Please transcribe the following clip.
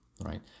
right